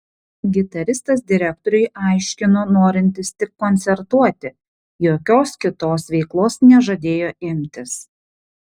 gitaristas direktoriui aiškino norintis tik koncertuoti jokios kitos veiklos nežadėjo imtis